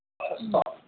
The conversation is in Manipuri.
ꯎꯝ